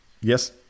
Yes